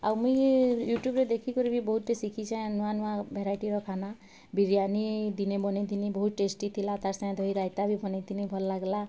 ଆଉ ମୁଇଁ ୟୁଟୁବ୍ରୁ ଦେଖିକରି ବି ବହୁତଟେ ଶିଖିଛେ ନୂଆ ନୂଆ ଭେରାଇଟିର ଖାନା ବିରିୟାନୀ ଦିନେ ବନେଇଥିନି ବହୁତ ଟେଷ୍ଟି ଥିଲା ତାର୍ ସାଙ୍ଗେ ଦହି ରାଇତା ବି ବନେଇଥିନି ଭଲ୍ ଲାଗଲା